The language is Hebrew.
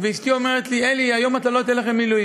ואשתי אומרת לי: אלי, היום אתה לא תלך למילואים.